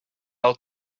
out